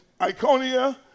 Iconia